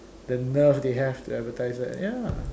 the nerve they have to advertise that ya